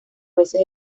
veces